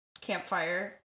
campfire